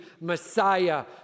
Messiah